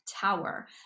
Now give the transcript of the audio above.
tower